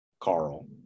carl